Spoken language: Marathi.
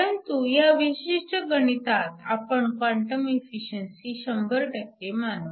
परंतु ह्या विशिष्ट गणितात आपण क्वांटम इफिसिएंसी 100 मानू